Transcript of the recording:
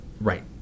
Right